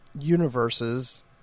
universes